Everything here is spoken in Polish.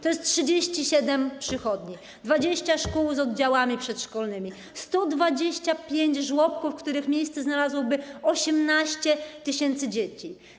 To jest 37 przychodni, 20 szkół z oddziałami przedszkolnymi, 125 żłobków, w których miejsce znalazłoby 18 tys. dzieci.